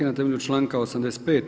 Na temelju članka 85.